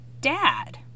dad